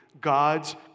God's